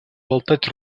болтать